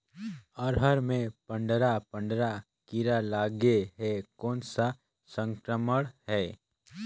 अरहर मे पंडरा पंडरा कीरा लगे हे कौन सा संक्रमण हे?